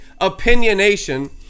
opinionation